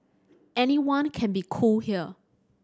anyone can be cool here